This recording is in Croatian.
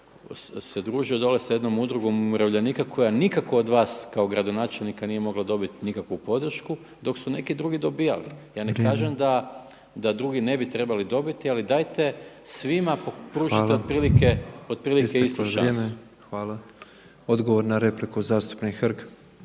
bio družio dole sa jednom udrugom umirovljenika koja nikako od vas kao gradonačelnika nije mogla dobit nikakvu podršku dok su neki drugi dobijali. …/Upadica predsjednik: Vrijeme./… Ja ne kažem da drugi ne bi trebali dobiti, ali dajte svima pružite otprilike istu šansu. **Petrov, Božo (MOST)** Hvala. Odgovor na repliku, zastupnik Hrg.